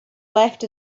left